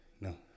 No